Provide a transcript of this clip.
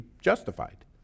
justified